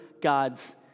God's